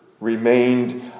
remained